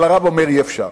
אבל הרב אומר: אי-אפשר.